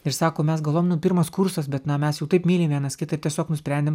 ir sako mes galvojom nu pirmas kursas bet na mes jau taip mylim vienas kitą ir tiesiog nusprendėm